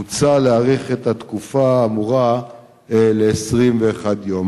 מוצע להאריך את התקופה האמורה ל-21 יום.